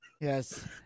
Yes